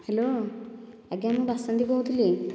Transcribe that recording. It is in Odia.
ହ୍ୟାଲୋ ଆଜ୍ଞା ମୁଁ ବାସନ୍ତୀ କହୁଥିଲି